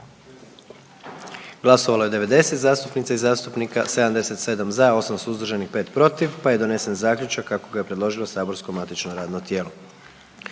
glasovalo 87 zastupnica i zastupnika, 76 za, 11 protiv pa je donesen zaključak kako ga je predložilo saborsko matično radno tijelo.